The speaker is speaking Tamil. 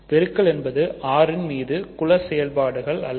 பெருக்கல் என்பது R இன் மீது குல செயல்பாடு அல்ல